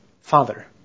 Father